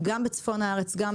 גם בצפון הארץ וגם